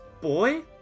boy